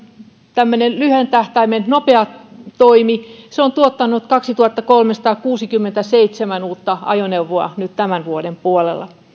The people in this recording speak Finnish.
tämmöinen lyhyen tähtäimen nopea toimi se on tuottanut kaksituhattakolmesataakuusikymmentäseitsemän uutta ajoneuvoa nyt tämän vuoden puolella